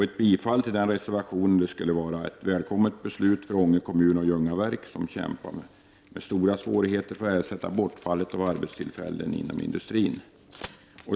Ett bifall till denna reservation skulle vara ett välkommet beslut för Ånge kommun och Ljungaverk, som kämpar med stora svårigheter för att ersätta bortfallet av arbetstillfällen inom industrin.